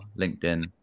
LinkedIn